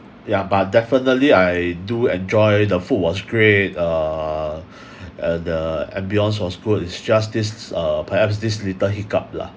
yeah but definitely I do enjoy the food was great uh and the ambiance was good it's just this uh perhaps this little hiccough lah